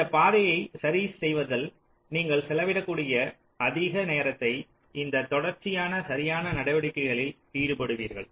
இந்தப் பாதையை சரி செய்வதில் நீங்கள் செலவிடக் கூடிய அதிக நேரத்தை இந்த தொடர்ச்சியான சரியான நடவடிக்கைகளில் ஈடுபடுவீர்கள்